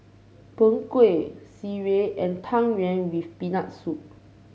Png Kueh sireh and Tang Yuen with Peanut Soup